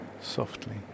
softly